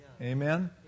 Amen